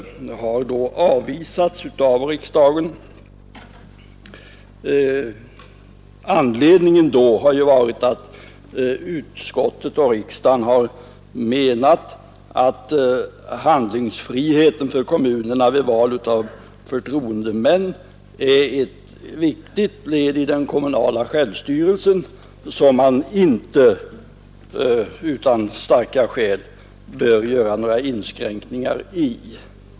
Den avvisades då av riksdagen. Anledningen var att utskottet och riksdagen menade att handlingsfriheten för kommunerna vid val av förtroendemän är ett viktigt led i den kommunala självstyrelsen, som man inte utan starka skäl bör göra några inskränkningar i.